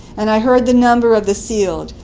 and i heard the number of the sealed,